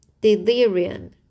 delirium